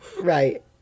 Right